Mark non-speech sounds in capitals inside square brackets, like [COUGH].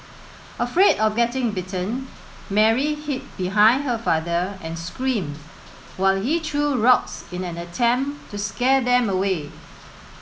afraid of getting bitten Mary [NOISE] hid behind her [NOISE] father and screamed while he threw rocks in an attempt to scare them away